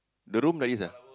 the room like this ah